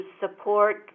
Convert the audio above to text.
support